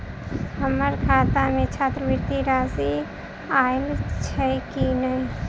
हम्मर खाता मे छात्रवृति राशि आइल छैय की नै?